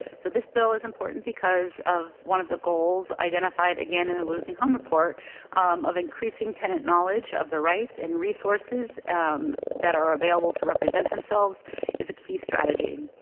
so this bill is important because of one of the goals identified again in the losing home report of increasing tenant knowledge of the rights and resources that are available to represent themselves is a key strategy.